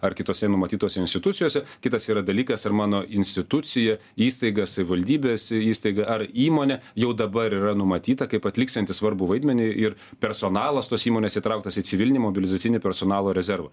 ar kitose numatytose institucijose kitas yra dalykas ir mano institucija įstaiga savivaldybės įstaiga ar įmonė jau dabar yra numatyta kaip atliksianti svarbų vaidmenį ir personalas tos įmonės įtrauktas į civilinį mobilizacinį personalo rezervą